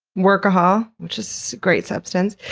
workahol, which is great substance.